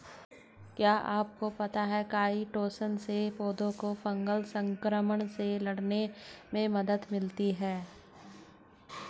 क्या आपको पता है काइटोसन से पौधों को फंगल संक्रमण से लड़ने में मदद मिलती है?